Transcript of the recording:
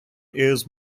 airs